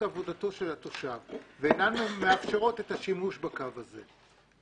עבודתו של התושב ואינן מאפשרות את השימוש בקו הזה.